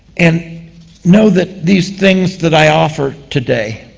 and know that these things that i offer today,